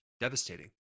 devastating